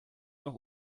noch